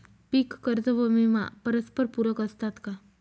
पीक कर्ज व विमा परस्परपूरक असतात का?